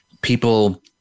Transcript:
people